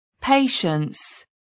patience